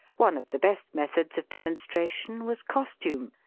one of the best methods of demonstration was costume,